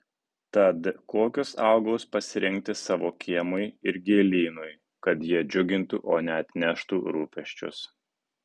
tad kokius augalus pasirinkti savo kiemui ir gėlynui kad jie džiugintų o ne atneštų rūpesčius